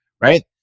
right